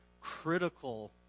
critical